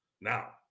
now